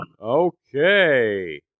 Okay